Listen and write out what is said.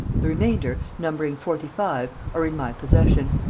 the remainder, numbering forty-five, are in my possession.